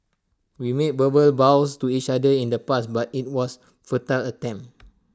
we made vows to each other in the past but IT was futile attempt